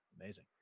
amazing